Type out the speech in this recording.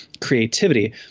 creativity